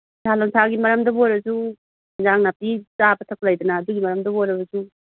ꯐꯤꯁꯥ ꯂꯣꯟꯁꯥꯒꯤ ꯃꯔꯝꯗꯕꯨ ꯑꯣꯏꯔꯁꯨ ꯏꯟꯖꯥꯡ ꯅꯥꯄꯤ ꯆꯥꯕ ꯊꯛꯄ ꯂꯩꯗꯅ ꯑꯗꯨꯒꯤ ꯃꯔꯝꯗꯕꯨ ꯑꯣꯏꯔꯒꯁꯨ